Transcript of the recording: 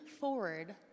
forward